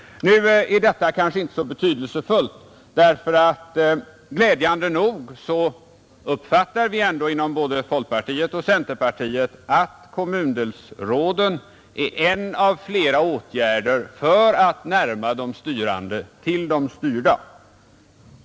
Nu är detta kanske inte så betydelsefullt, ty glädjande nog anser man inom både folkpartiet och centerpartiet att kommundelsråden är en av flera åtgärder för att närma de styrande till de styrda.